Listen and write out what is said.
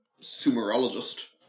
sumerologist